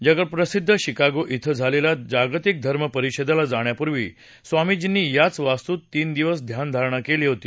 जगप्रसिद्ध शिकागो इथं झालेल्या जागतिक धर्म परिषदेला जाण्यापूर्वी स्वामीजींनी याच वास्तूत तीन दिवस ध्यान धारणा केली होती